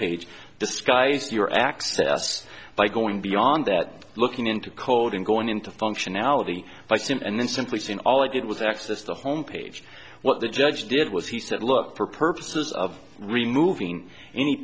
sky's your access by going beyond that looking into cold and going into functionality by soon and then simply saying all i did was access the home page what the judge did was he said look for purposes of removing any